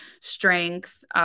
strength